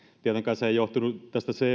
tietenkään se ei johtunut